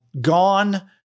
gone